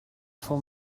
for